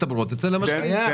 מצטברות אצל המשקיעים.